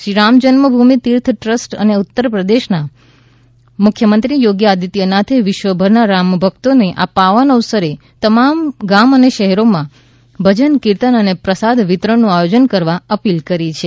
Shriram Ramjanmabhoomi Teerth trust અને ઉત્તર પ્રદેશના મુખ્યમંત્રી યોગી આદિત્યનાથે વિશ્વભરના રામભકતોને આ પાવન અવસરે તમામ ગામ શહેરોમાં ભજન કિર્તન અને પ્રસાદ વિતરણનું આયોજન કરવા અપીલ કરી છે